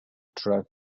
truck